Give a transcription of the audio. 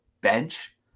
bench